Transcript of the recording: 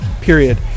Period